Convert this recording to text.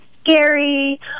scary